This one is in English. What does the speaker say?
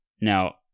Now